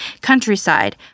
countryside